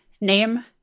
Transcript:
name